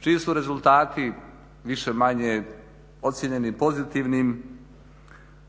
čiji su rezultati više-manje ocjenjeni pozitivnim,